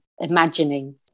imagining